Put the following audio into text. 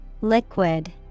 Liquid